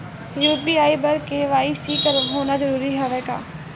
UPI बर KYC होना जरूरी हवय का?